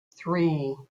three